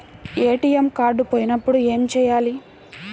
ATM card పోయినప్పుడు ఏమి చేయాలి?